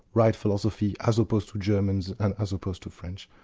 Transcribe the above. write philosophy as opposed to germans and as opposed to french.